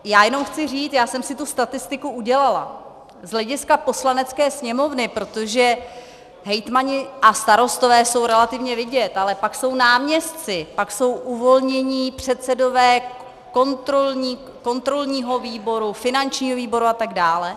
A jenom chci říct, já jsem si tu statistiku udělala z hlediska Poslanecké sněmovny, protože hejtmani a starostové jsou relativně vidět, ale pak jsou náměstci, uvolnění předsedové kontrolního výboru, finančního výboru atd.